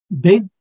big